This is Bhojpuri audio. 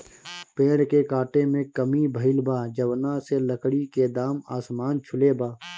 पेड़ के काटे में कमी भइल बा, जवना से लकड़ी के दाम आसमान छुले बा